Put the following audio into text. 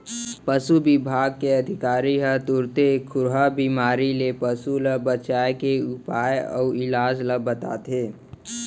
पसु बिभाग के अधिकारी ह तुरते खुरहा बेमारी ले पसु ल बचाए के उपाय अउ इलाज ल बताथें